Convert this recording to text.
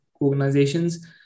organizations